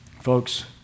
Folks